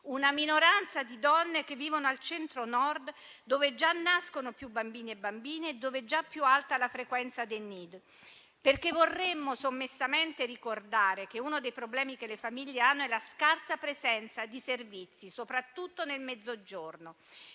una minoranza di donne che vivono al Centro Nord, dove già nascono più bambini e bambine dove già è più alta la frequenza del nido. Vorremmo, infatti, sommessamente ricordare che uno dei problemi delle famiglie è la scarsa presenza di servizi, soprattutto nel Mezzogiorno.